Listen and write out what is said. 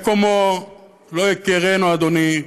מקומו לא יכירנו, אדוני.